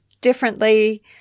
differently